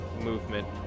movement